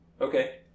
Okay